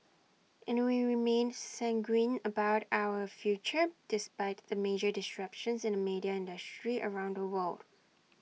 and we remain sanguine about our future despite the major disruptions in the media industry around the world